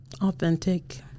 Authentic